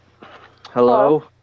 Hello